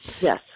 Yes